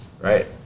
right